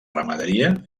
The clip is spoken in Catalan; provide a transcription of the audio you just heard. ramaderia